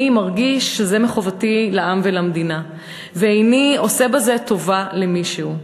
אני מרגיש שזה מחובתי לעם ולמדינה ואיני עושה בזה טובה למישהו.